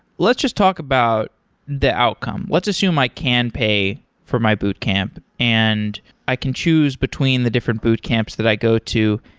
let's just talk about the outcome. let's assume i can pay for my boot camp and i can choose between the different boot camps that i go to.